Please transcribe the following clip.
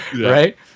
Right